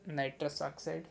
nitrous oxide